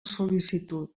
sol·licitud